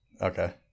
Okay